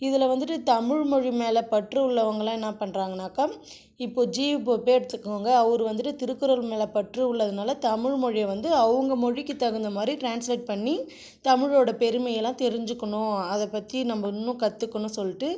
இதில் வந்துட்டு தமிழ் மொழி மேலே பற்று உள்ளவங்களாம் என்ன பண்ணுறாங்கனாக்கா இப்போ ஜியூபோப்பே எடுத்துக்கோங்க அவர் வந்துட்டு திருக்குறள் மேலே பற்று உள்ளதுனால் தமிழ் மொழியை வந்து அவங்க மொழிக்கு தகுந்த மாதிரி ட்ரான்ஸ்லேட் பண்ணி தமிழோடய பெருமையை எல்லாம் தெரிஞ்சுக்கணும் அதை பற்றி நம்ம இன்னும் கற்றுக்குணும் சொல்லிட்டு